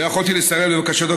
לא יכולתי לסרב לבקשתו,